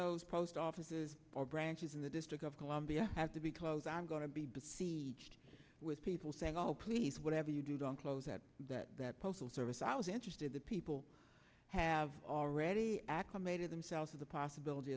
those post offices or branches in the district of columbia have to be close i'm going to be besieged with people saying oh please whatever you do don't close out that that postal service i was interested the people have already acclimated themselves to the possibility